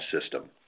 system